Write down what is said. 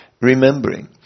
Remembering